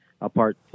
apart